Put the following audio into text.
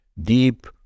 deep